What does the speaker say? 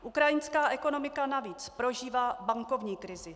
Ukrajinská ekonomika navíc prožívá bankovní krizi.